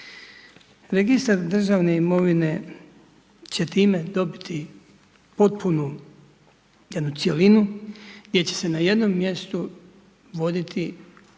Registar državne imovine će time dobiti potpunu jednu cjelinu gdje će se na jednom mjestu voditi imovina